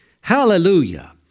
Hallelujah